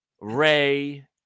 Ray